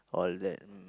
all that mm